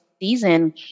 season